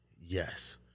Yes